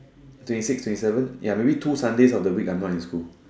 twenty six twenty seven ya maybe two Sundays of the week I'm not in school